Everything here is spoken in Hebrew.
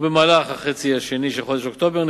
ונקבעה סדרת ישיבות במהלך החצי השני של חודש אוקטובר,